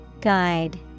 Guide